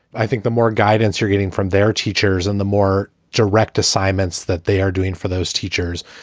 i think the more guidance you're getting from their teachers and the more direct assignments that they are doing for those teachers.